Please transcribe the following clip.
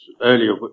earlier